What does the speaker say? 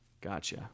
Gotcha